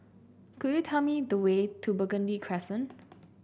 could you tell me the way to Burgundy Crescent